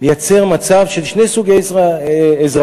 מייצר מצב של שני סוגי אזרחים.